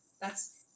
That's-